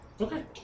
Okay